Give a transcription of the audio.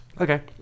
Okay